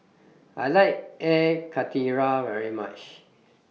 I like Air Karthira very much